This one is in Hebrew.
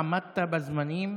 עמדת בזמנים